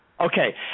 Okay